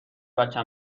بچه